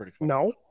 no